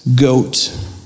Goat